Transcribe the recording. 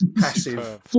passive